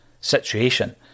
situation